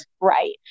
right